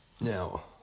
Now